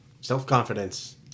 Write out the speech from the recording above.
Self-confidence